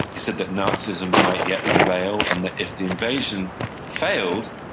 he said that nazism might yet prevail and that if the invasion failed,